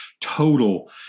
total